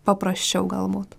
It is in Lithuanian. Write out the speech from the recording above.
paprasčiau galbūt